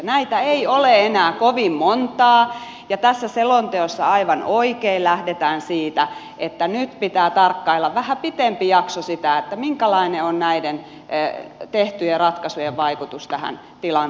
näitä ei ole enää kovin montaa ja tässä selonteossa aivan oikein lähdetään siitä että nyt pitää tarkkailla vähän pitempi jakso sitä minkälainen on näiden tehtyjen ratkaisujen vaikutus tähän tilanteeseen